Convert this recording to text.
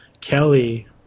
Kelly